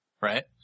right